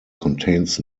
contains